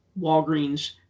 Walgreens